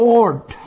Lord